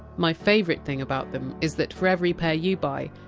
my favourite thing about them is that for every pair you buy,